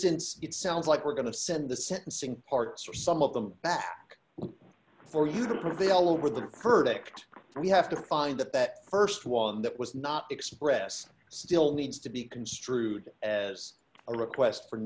since it sounds like we're going to send the sentencing parts or some of them back for you to prevail over the fir ticked we have to find that that st one that was not expressed still needs to be construed as a request for